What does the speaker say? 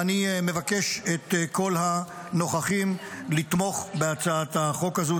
ואני מבקש מכל הנוכחים לתמוך בהצעת החוק הזו.